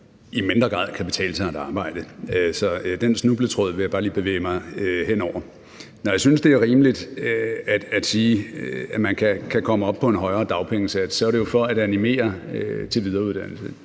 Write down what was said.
i mindre grad kan betale sig at arbejde, så den snubletråd vil jeg bare lige bevæge mig hen over. Når jeg synes, det er rimeligt at sige, at man kan komme op på en højere dagpengesats, er det jo, fordi det er for at animere til videreuddannelse.